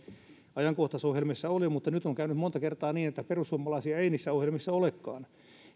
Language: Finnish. oli sosiaalidemokraatteja mutta nyt on käynyt monta kertaa niin että perussuomalaisia ei niissä ohjelmissa ole